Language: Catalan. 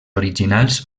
originals